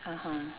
(uh huh)